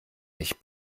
nicht